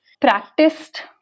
practiced